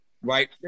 right